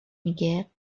میگه